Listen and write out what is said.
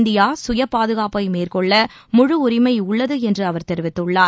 India சுய பாதுகாப்பை மேற்கொள்ள முழு உரிமை உள்ளது என்று அவர் தெரிவித்துள்ளார்